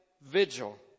vigil